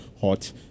hot